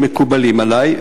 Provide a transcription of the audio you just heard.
שמקובלים עלי,